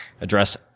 address